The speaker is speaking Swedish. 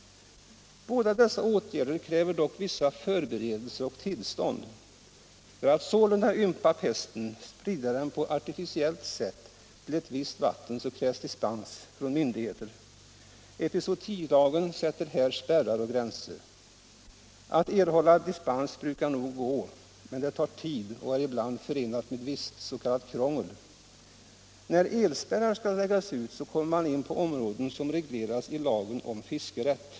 Båda dessa åtgärder kräver dock förberedelser och tillstånd. För att sålunda ympa pesten — sprida den på artificiellt sätt — till ett visst vatten krävs dispens från myndigheter. Epizootilagen sätter här spärrar och gränser. Att erhålla dispens brukar gå, men det tar tid och är ibland förenat med visst s.k. krångel. När elspärrar skall läggas ut kommer man in på områden som regleras i lagen om fiskerätt.